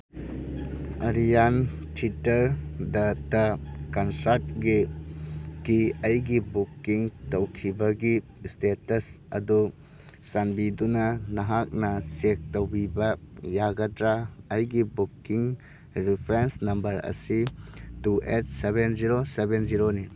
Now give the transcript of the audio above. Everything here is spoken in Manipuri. ꯑꯔꯤꯌꯥꯟ ꯊꯤꯇꯔꯗ ꯀꯟꯁꯔꯠꯀꯤ ꯑꯩꯒꯤ ꯕꯨꯀꯤꯡ ꯇꯧꯈꯤꯕꯒꯤ ꯏꯁꯇꯦꯇꯁ ꯑꯗꯨ ꯆꯥꯟꯕꯤꯗꯨꯅ ꯅꯍꯥꯛꯅ ꯆꯦꯛ ꯇꯧꯕꯤꯕ ꯌꯥꯒꯗ꯭ꯔꯥ ꯑꯩꯒꯤ ꯕꯨꯀꯤꯡ ꯔꯤꯐ꯭ꯔꯦꯟꯁ ꯅꯝꯕꯔ ꯑꯁꯤ two eight seven zero seven ꯖꯤꯔꯣꯅꯤ